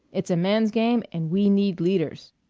it's a man's game and we need leaders.